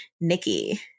Nikki